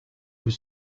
were